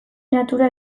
natura